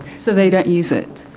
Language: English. so they don't use it?